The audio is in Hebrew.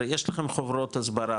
הרי יש לכם חוברות הסברה,